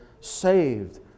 saved